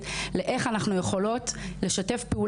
ואנחנו לא ממגרות את זה ולא אומרות פה